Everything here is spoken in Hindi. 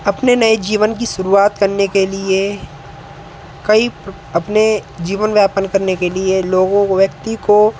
अपने नए जीवन की शुरुआत करने के लिए कई प अपने जीवन में यापन करने के लिए लोगों व्यक्ति को